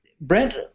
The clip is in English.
Brent